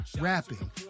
rapping